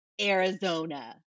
Arizona